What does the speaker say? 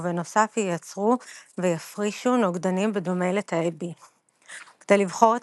ובנוסף ייצרו ויפרישו נוגדנים בדומה לתאי B. כדי לבחור את